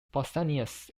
pausanias